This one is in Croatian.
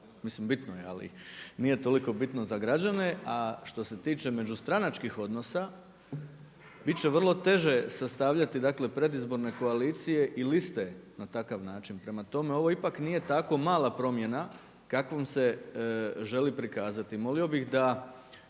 mislim bitno je ali, nije toliko bitno za građane, a što se tiče međustranačkih odnosa biti će vrlo teže sastavljati dakle predizborne koalicije i liste na takav način. Prema tome ovo ipak nije tako mala promjena kakvom se želi prikazati. Molio bih da